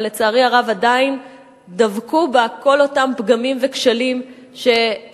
אבל לצערי הרב עדיין דבקו בה כל אותם פגמים וכשלים שהובילו